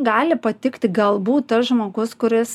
gali patikti galbūt tas žmogus kuris